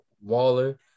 waller